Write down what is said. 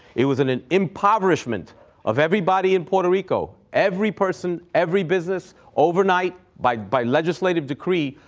it was an an impoverishment of everybody in puerto rico. every person, every business, overnight, by by legislative decree,